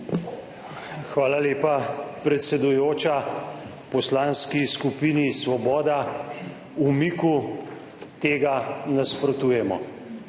Hvala lepa, predsedujoča. V Poslanski skupini Svoboda umiku tega nasprotujemo.